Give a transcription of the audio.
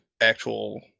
actual